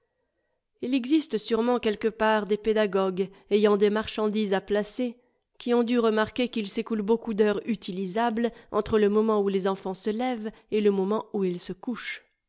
ii existe sûrement quelque part des pédagogues ayant des marchandises à placer qui ont dû remarquer qu'il s'écoule beaucoup d'heures utilisables entre le moment où les enfants se lèvent et le moment où ils se couchent